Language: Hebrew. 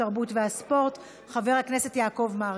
התרבות והספורט חבר הכנסת יעקב מרגי.